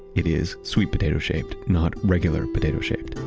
it is sweet potato-shaped not regular potato shape.